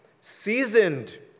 seasoned